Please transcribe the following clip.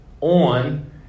on